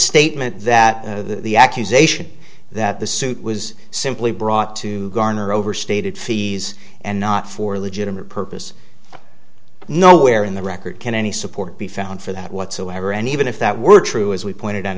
statement that the accusation that the suit was simply brought to garner overstated fees and not for legitimate purpose nowhere in the record can any support be found for that whatsoever any even if that were true as we pointed out